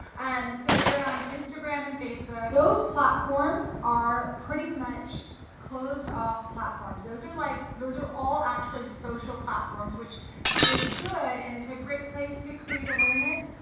and so you're on instagram and facebook. those platforms are pretty much closed-off platforms. those are like, those are all actually social platforms which is good and it's a great place to create awareness,